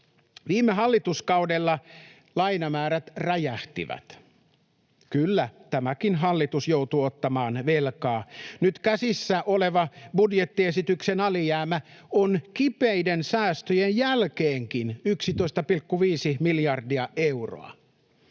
Viime hallituskaudella lainamäärät räjähtivät. Kyllä, tämäkin hallitus joutuu ottamaan velkaa. Nyt käsissä oleva budjettiesityksen alijäämä on kipeiden säästöjen jälkeenkin 11,5 miljardia euroa.